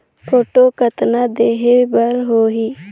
Photo कतना देहें बर होहि?